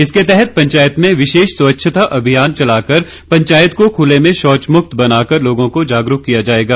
इसके तहत पंचायत में विशेष स्वच्छता अभियान चलाकर पंचायत को खुले में शौच मुक्त बनाकर लोगों को जागरूक किया जाएगा